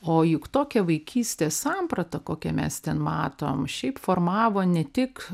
o juk tokią vaikystės sampratą kokią mes ten matom šiaip formavo ne tik